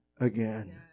again